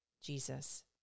Jesus